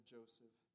Joseph